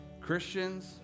Christians